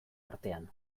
artean